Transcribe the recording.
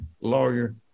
lawyer